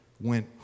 went